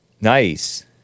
Nice